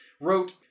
wrote